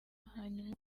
hanyuma